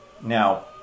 Now